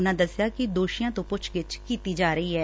ਉਨੂਾ ਦਸਿਆ ਕਿ ਦੋਸ਼ੀਆਂ ਤੋ ਪੁੱਛਗਿੱਛ ਕੀਤੀ ਜਾ ਰਹੀ ਏ